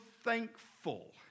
thankful